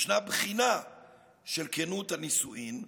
ישנה בחינה של כנות הנישואים,